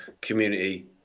community